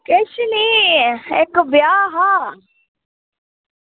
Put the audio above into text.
किश निं इक्क ब्याह् हा